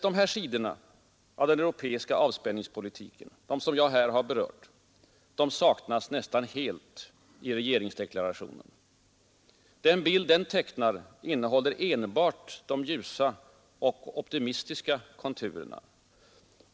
De sidor av den europeiska avspänningspolitiken som jag här berört saknas nästan helt i regeringsdeklarationen. Den bild den tecknar innehåller enbart de ljusa och optimistiska konturerna.